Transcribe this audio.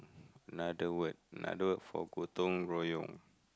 another word another word for gotong-royong